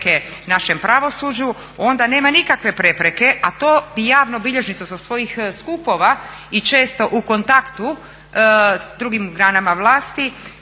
našem pravosuđu onda nema nikakve prepreke, a to javnobilježništvo sa svojih skupova i često u kontaktu s drugim granama vlasti